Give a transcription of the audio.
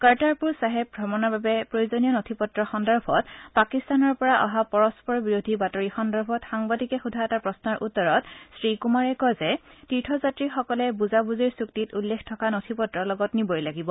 কৰ্টাৰপুৰ চাহেব ভ্ৰমণৰ বাবে প্ৰয়োজনীয় নথিপত্ৰ সন্দৰ্ভত পাকিস্তানৰ পৰা অহা পৰস্পৰ বিৰোধী বাতৰি সন্দৰ্ভত সাংবাদিকে সোধা এটা প্ৰশ্নৰ উত্তৰত শ্ৰীকুমাৰে কয় যে তীৰ্থযাত্ৰীসকলে বুজাবুজিৰ চুক্তিত উল্লেখ থকা নথিপত্ৰ লগত নিবই লাগিব